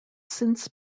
since